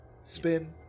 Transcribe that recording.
Spin